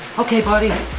okay buddy,